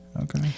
okay